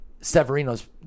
Severino's